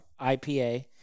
IPA